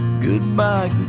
goodbye